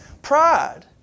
Pride